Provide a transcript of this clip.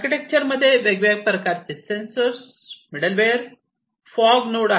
architecture मध्ये वेगवेगळ्या प्रकारचे सेंसर मिडल वेअर आणि फॉग नोड आहे